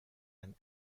and